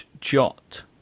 Jot